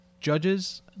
judges